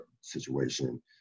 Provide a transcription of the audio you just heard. situation